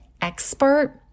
expert